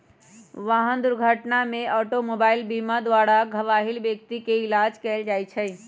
वाहन दुर्घटना में ऑटोमोबाइल बीमा द्वारा घबाहिल व्यक्ति के इलाज कएल जाइ छइ